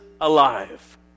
alive